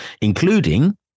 including